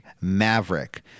Maverick